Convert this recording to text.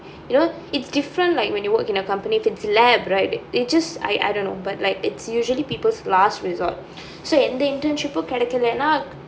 you know it's different like when you work in a company if it's lab right they just I I don't know like it's usually people's last resort so எந்த:entha internship கிடைக்கலேன்ன:kidakkalennaa